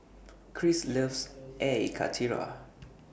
Chris loves Air Karthira